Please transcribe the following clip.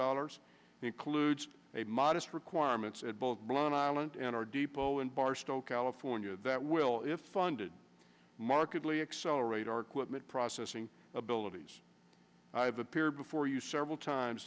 dollars includes a modest requirements at both blind island and our depot in barstow california that will if funded markedly accelerate our equipment processing abilities i have appeared before you several times